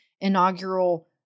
inaugural